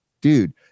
dude